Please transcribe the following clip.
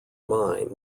mine